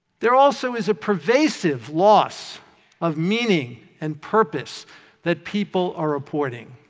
there also is a pervasive loss of meaning and purpose that people are reporting.